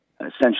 Essentially